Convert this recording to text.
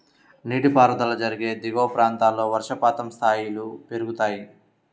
నీటిపారుదల జరిగే దిగువ ప్రాంతాల్లో వర్షపాతం స్థాయిలను పెరుగుతాయి